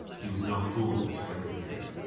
he was no fool, this brigand leader.